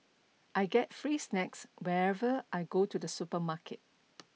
I get free snacks whenever I go to the supermarket